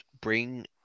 bring